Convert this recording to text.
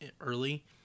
early